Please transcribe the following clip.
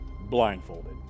blindfolded